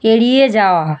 এড়িয়ে যাওয়া